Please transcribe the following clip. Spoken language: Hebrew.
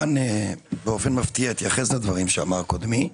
באופן מפתיע אתייחס לדברים שאמר קודמי.